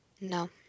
No